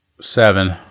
Seven